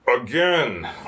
again